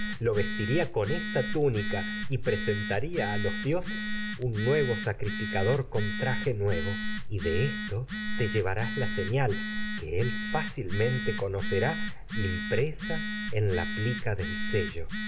nuevo ría con esta túnica y presentaría a los dioses nuevo sacrificador con traje y de esto te llevarás en la señal del que él fácilmente conocerá pues de y lo impresa la plica no sello